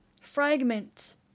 Fragment